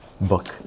book